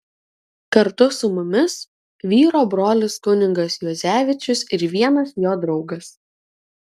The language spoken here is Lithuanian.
kartu su mumis vyro brolis kunigas juozevičius ir vienas jo draugas